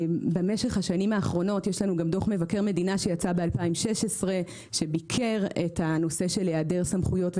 דוח מבקר המדינה שיצא ב-2016 ביקר את הנושא של היעדר סמכויות,